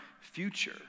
future